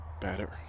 better